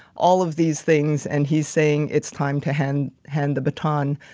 all of these things, and he's saying it's time to hand, hand the baton.